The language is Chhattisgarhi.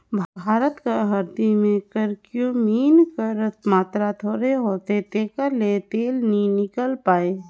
भारत कर हरदी में करक्यूमिन कर मातरा थोरहें होथे तेकर ले तेल नी हिंकेल पाए